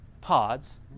pods